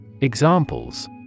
Examples